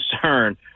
concern